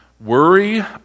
worry